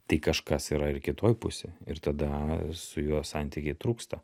tai kažkas yra ir kitoj pusėj ir tada su juo santykiai trūksta